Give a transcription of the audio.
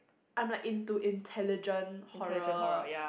I'm like into intelligent horror